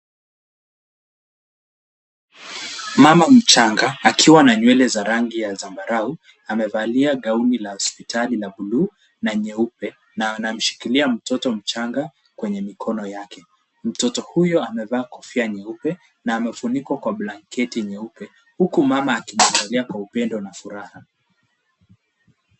Mama mchanga, akiwa na nywele ya rangi ya zambarau amevalia gauni la hospitali la bluu na nyeupe na anamshikilia mtoto mchanga kwenye mikono yake. Mtoto huyo amevaa kofia nyeupe na amefunikwa kwa blanketi nyeupe huku mama akimwangalia kwa upendo na furaha.